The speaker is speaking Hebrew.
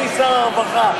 אדוני שר הרווחה.